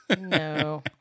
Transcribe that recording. No